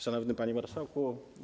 Szanowny Panie Marszałku!